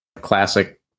classic